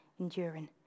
enduring